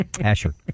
Asher